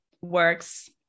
works